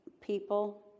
people